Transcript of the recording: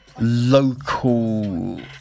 Local